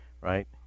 right